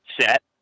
set